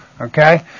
Okay